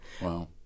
Wow